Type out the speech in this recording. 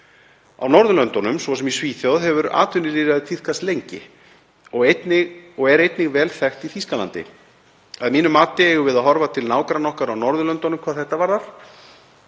Á Norðurlöndunum, svo sem í Svíþjóð, hefur atvinnulýðræði tíðkast lengi og er einnig vel þekkt í Þýskalandi. Að mínu mati eigum við að horfa til nágranna okkar á Norðurlöndunum hvað þetta varðar.